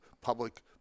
public